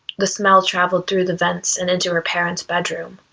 the smell traveled through the vents and into her parent's bedroom.